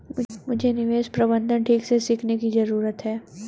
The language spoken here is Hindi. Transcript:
मुझे निवेश प्रबंधन ठीक से सीखने की जरूरत है